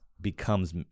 becomes